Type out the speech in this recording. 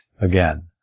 again